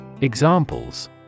Examples